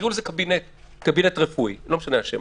תקראו לזה קבינט רפואי לא משנה השם.